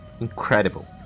Incredible